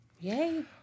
yay